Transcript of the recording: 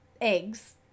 eggs